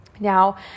Now